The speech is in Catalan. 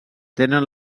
tenen